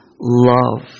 love